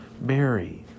Mary